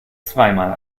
zweimal